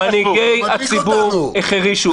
מנהיגי הציבור החרישו.